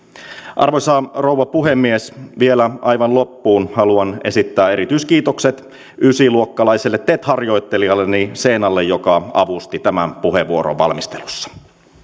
arvoisa rouva puhemies vielä aivan loppuun haluan esittää erityiskiitokset ysiluokkalaiselle tet harjoittelijalleni seenalle joka avusti tämän puheenvuoron valmistelussa